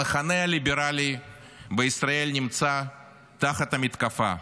המחנה הליברלי בישראל נמצא תחת המתקפה.